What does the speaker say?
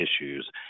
issues